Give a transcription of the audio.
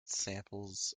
samples